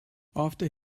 after